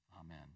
Amen